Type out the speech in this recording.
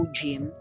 gym